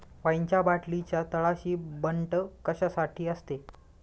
वाईनच्या बाटलीच्या तळाशी बंट कशासाठी असते?